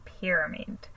pyramid